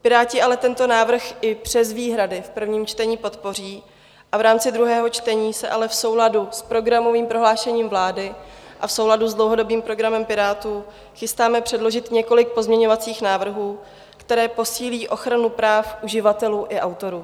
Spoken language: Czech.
Piráti ale tento návrh i přes výhrady v prvním čtení podpoří a v rámci druhého čtení se ale v souladu s programovým prohlášením vlády a v souladu s dlouhodobým program Pirátů chystáme předložit několik pozměňovacích návrhů, které posílí ochranu práv uživatelů i autorů.